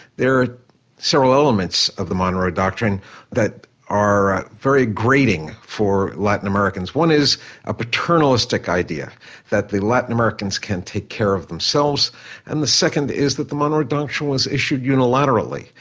there are several elements of the monroe doctrine that very grating for latin americans. one is a paternalistic idea that the latin americans can't take care of themselves and the second is that the monroe doctrine was issued unilaterally.